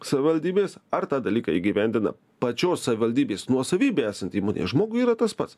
savivaldybės ar tą dalyką įgyvendina pačios savivaldybės nuosavybėj esanti įmonė žmogui yra tas pats